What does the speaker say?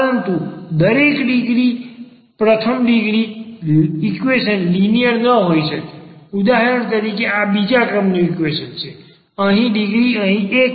પરંતુ દરેક પ્રથમ ડિગ્રી ઈક્વેશન લિનિયર ન હોઈ શકે ઉદાહરણ તરીકે અહીં આ બીજા ક્રમનું ઈક્વેશન છે અને ડિગ્રી અહીં એક છે